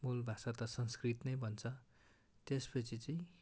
old भाषा त संस्कृत नै भन्छ त्यसपछि चाहिँ